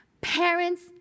Parents